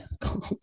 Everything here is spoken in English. cold